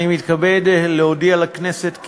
אני מתכבד להודיע לכנסת,